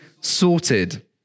sorted